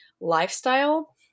lifestyle